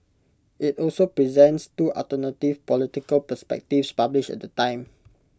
IT also presents two alternative political perspectives published at the time